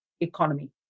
economy